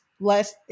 less